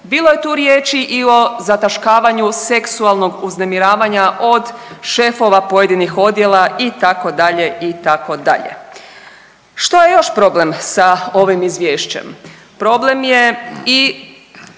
bilo je tu riječi i o zataškavanju seksualnog uznemiravanja od šefova pojedinih odjela, itd., itd.. Što je još problem sa ovim izvješćem? Problem je i